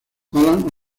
alan